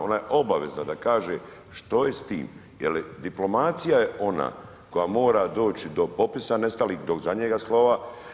Ona je obavezna da kaže što je s tim jer diplomacija je ona koja mora doći do popisa nestalih do zadnjega slova.